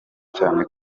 cyane